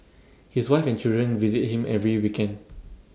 his wife and children visit him every weekend